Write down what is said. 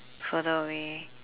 further away